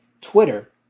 Twitter